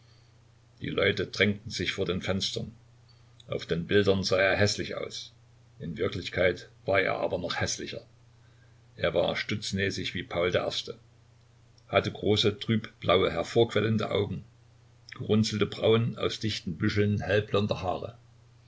die leute drängten sich vor den fenstern auf den bildern sah er häßlich aus in wirklichkeit war er aber noch häßlicher er war stutznäsig wie paul i hatte große trübblaue hervorquellende augen gerunzelte brauen aus dichten büscheln hellblonder haare